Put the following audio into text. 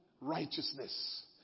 Righteousness